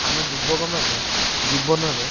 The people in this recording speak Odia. ଆମ ଯୁବକମାନେ ଜୀବନରେ